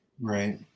Right